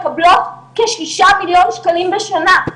מקבלות כשישה מיליון שקלים בשנה.